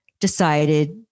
decided